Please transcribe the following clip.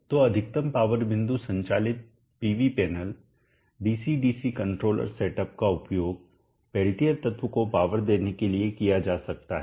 तो अधिकतम पावर बिंदु संचालित PV panel DC DC controller setup का उपयोग पेल्टियर तत्व को पावर देने के लिए किया जा सकता है